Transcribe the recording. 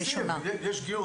מגייסים, יש גיוס.